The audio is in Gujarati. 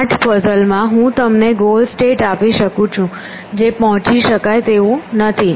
8 પઝલમાં હું તમને ગોલ સ્ટેટ આપી શકું છું જે પહોંચી શકાય તેવું નથી